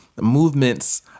movements